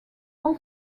all